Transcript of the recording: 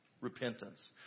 repentance